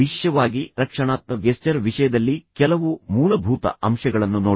ವಿಶೇಷವಾಗಿ ರಕ್ಷಣಾತ್ಮಕ ಗೆಸ್ಚರ್ ವಿಷಯದಲ್ಲಿ ಕೆಲವು ಮೂಲಭೂತ ಅಂಶಗಳನ್ನು ನೋಡಿ